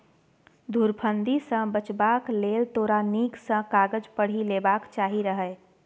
धुरफंदी सँ बचबाक लेल तोरा नीक सँ कागज पढ़ि लेबाक चाही रहय